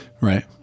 Right